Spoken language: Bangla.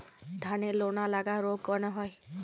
ধানের লোনা লাগা রোগ কেন হয়?